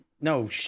No